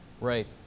Right